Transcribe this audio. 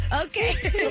Okay